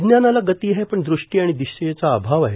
विज्ञानाला गती आहे पण दृष्टी आणि दिशेचा अभाव आहे